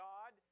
God